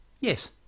yes